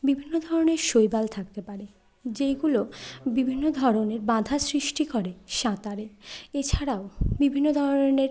বিভিন্ন ধরনের শৈবাল থাকতে পারে যেইগুলো বিভিন্ন ধরনের বাধা সৃষ্টি করে সাঁতারে এছাড়াও বিভিন্ন ধরনের